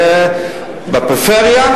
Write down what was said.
בפריפריה,